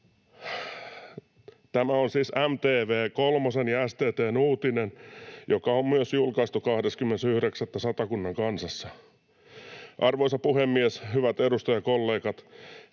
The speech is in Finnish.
Tämä on siis MTV-kolmosen ja STT:n uutinen, joka on myös julkaistu 20.9. Satakunnan Kansassa. Arvoisa puhemies! Hyvät edustajakollegat!